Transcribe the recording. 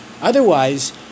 Otherwise